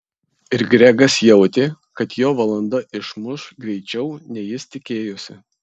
ir gregas jautė kad jo valanda išmuš greičiau nei jis tikėjosi